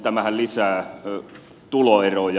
tämähän lisää tuloeroja